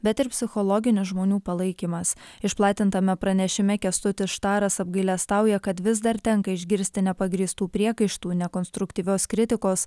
bet ir psichologinis žmonių palaikymas išplatintame pranešime kęstutis štaras apgailestauja kad vis dar tenka išgirsti nepagrįstų priekaištų nekonstruktyvios kritikos